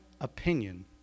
opinion